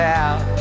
out